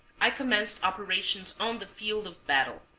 i commenced operations on the field of battle,